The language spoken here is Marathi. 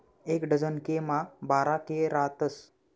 एक डझन के मा बारा के रातस